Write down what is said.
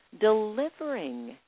delivering